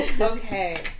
Okay